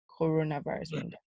coronavirus